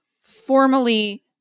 formally